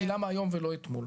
כי למה היום ולא אתמול?